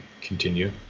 continue